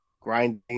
Grinding